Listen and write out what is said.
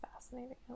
fascinating